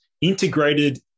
integrated